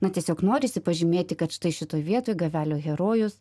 na tiesiog norisi pažymėti kad štai šitoj vietoj gavelio herojus